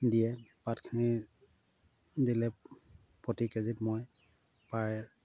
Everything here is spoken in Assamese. দিয়ে পাতখিনি দিলে প্ৰতি কে জিত মই প্ৰায়